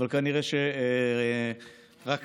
כנראה שרק